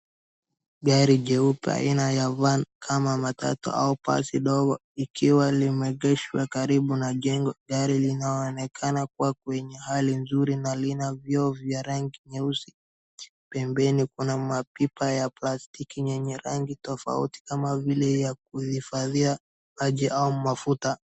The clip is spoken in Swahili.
Gari jeupe aina ya van ama matatu au basi ndogo likiwa limeegeshwa karibu na jengo. Gari linaonekana kuwa kwenye hali nzuri na lina vioo vya rangi nyeusi. Pembeni kuna mapipa ya plastiki yenye rangi tofauti kama vile ya kuhifadhia maji au mafuta.